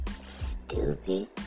Stupid